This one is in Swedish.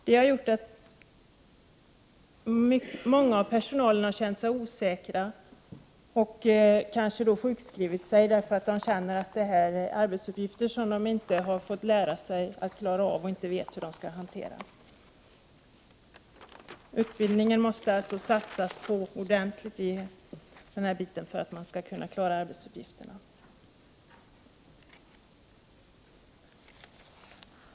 Det har gjort att många anställda har känt sig osäkra och kanske sjukskrivit sig, därför att de känner att detta är arbetsuppgifter som de inte har fått lära sig att klara av och inte vet hur de skall hantera. Utbildningen måste det satsas på ordentligt, för att personalen skall kunna klara arbetsuppgifterna.